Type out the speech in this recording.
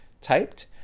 typed